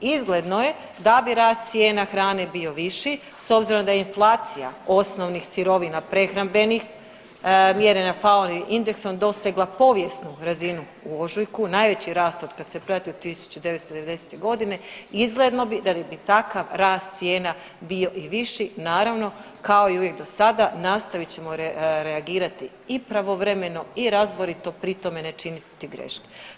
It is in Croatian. Izgledno je da bi rast cijena hrane bio viši s obzirom da je inflacija osnovnih sirovina prehrambenih mjerena … [[Govornik se ne razumije]] indeksom dosegla povijesnu razinu u ožujku, najveći rast otkad se prati od 1990.g. izgledno bi da bi takav rast cijena bio i viši, naravno kao i uvijek do sada nastavit ćemo reagirati i pravovremeno i razboriti pri tome ne činiti greške.